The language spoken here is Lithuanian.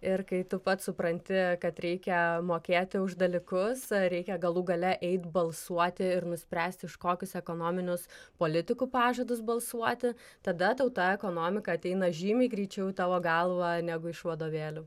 ir kai tu pats supranti kad reikia mokėti už dalykus reikia galų gale eit balsuoti ir nuspręsti už kokius ekonominius politikų pažadus balsuoti tada tau ta ekonomika ateina žymiai greičiau į tavo galvą negu iš vadovėlių